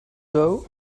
doe